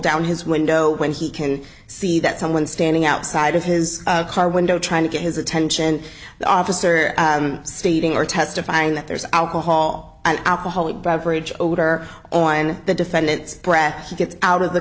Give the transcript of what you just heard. down his window when he can see that someone standing outside of his car window trying to get his attention the officer stating or testifying that there's alcohol and alcoholic beverage odor on the defendant's breath he gets out of the